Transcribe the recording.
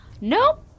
Nope